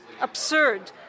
absurd